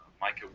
Micah